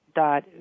dot